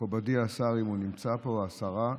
מכובדי השר, אם הוא נמצא פה, או השרה,